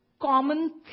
common